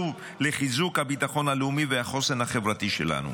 לחיזוק הביטחון הלאומי והחוסן החברתי שלנו.